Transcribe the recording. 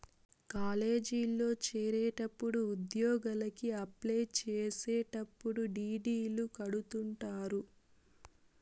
కాలేజీల్లో చేరేటప్పుడు ఉద్యోగలకి అప్లై చేసేటప్పుడు డీ.డీ.లు కడుతుంటారు